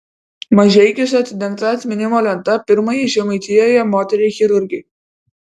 mažeikiuose atidengta atminimo lenta pirmajai žemaitijoje moteriai chirurgei